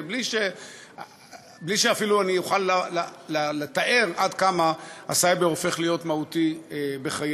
בלי שאפילו אני אוכל לתאר עד כמה הסייבר הופך להיות מהותי בחיינו.